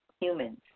humans